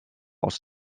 aus